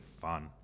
fun